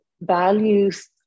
values